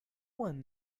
one